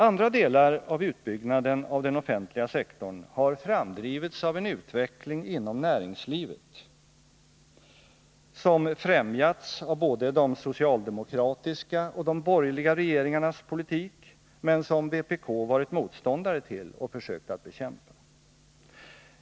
Andra delar av utbyggnaden av den offentliga sektorn har framdrivits av en utveckling inom näringslivet, som främjats av både de socialdemokratiska och de borgerliga regeringarnas politik men som vpk varit motståndare till 37 och försökt att bekämpa.